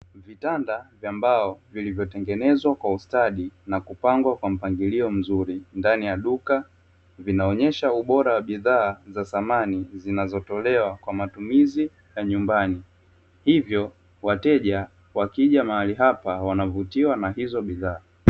Kitanda cha mbao, vilivyotengenezwa kwa ustadi na kupangwa kwa mpangilio mzuri ndani ya duka, vinaonyesha ubora wa bidhaa za samani zinazotolewa kwa matumizi ya nyumbani, hivyo wateja wakija mahali hapa wanavutiwa na hizo bidhaa.